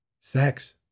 Sex